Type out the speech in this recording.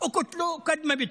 (אומר בערבית: